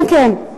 כן כן.